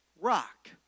rock